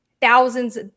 thousands